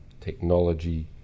technology